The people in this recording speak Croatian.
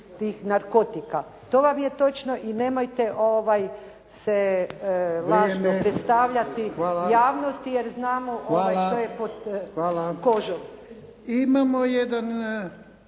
tih narkotika. To vam je točno i nemojte se lažno predstavljati javnosti jer znamo što je pod kožom.